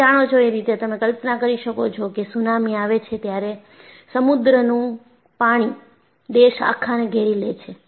તમે જાણો છો એ રીતે તમે કલ્પના કરી શકો છો કે સુનામી આવે છે ત્યારે સમુદ્રનું પાણી દેશ આખા ને ઘેરી લે છે